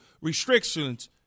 Restrictions